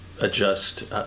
adjust